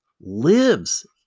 lives